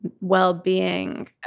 well-being